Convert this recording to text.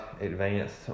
Advanced